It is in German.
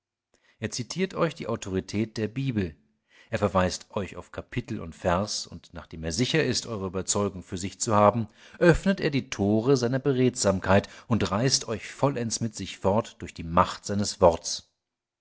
er zitiert euch die autorität der bibel er verweist euch auf kapitel und vers und nachdem er sicher ist eure überzeugung für sich zu haben öffnet er die tore seiner beredsamkeit und reißt euch vollends mit sich fort durch die macht seines worts